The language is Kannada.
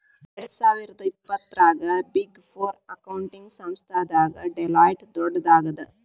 ಎರ್ಡ್ಸಾವಿರ್ದಾ ಇಪ್ಪತ್ತರಾಗ ಬಿಗ್ ಫೋರ್ ಅಕೌಂಟಿಂಗ್ ಸಂಸ್ಥಾದಾಗ ಡೆಲಾಯ್ಟ್ ದೊಡ್ಡದಾಗದ